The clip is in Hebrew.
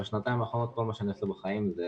וכל מה שאני עושה בחיים בשנתיים האחרונות